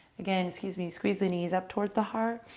again, excuse me, squeeze the knees up towards the heart.